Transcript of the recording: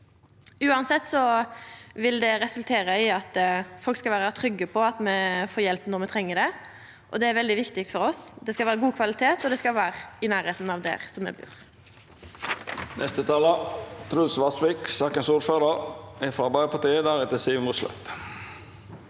Uansett vil det resultera i at folk skal vera trygge på at ein får hjelp når ein treng det. Det er veldig viktig for oss – det skal vera god kvalitet, og det skal vera i nærleiken av der ein bur.